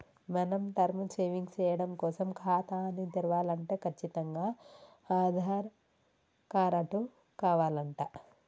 మనం term savings సేయడం కోసం ఖాతాని తెరవలంటే కచ్చితంగా ఆధార్ కారటు కావాలంట